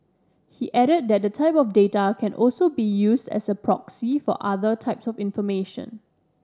he added that the data can also be used as a proxy for other types of information